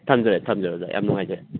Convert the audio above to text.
ꯊꯝꯖꯔꯦ ꯊꯝꯖꯔꯦ ꯑꯣꯖꯥ ꯌꯥꯝ ꯅꯨꯡꯉꯥꯏꯖꯔꯦ